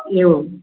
एवम्